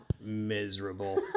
Miserable